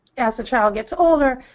as a child gets older,